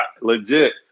legit